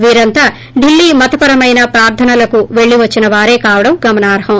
వీరంతా ఢిల్లీ మతపరమైన ప్రార్గనలకు పెల్లి వచ్చిన వారే కావడం గమనార్హం